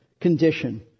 condition